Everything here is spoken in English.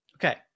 Okay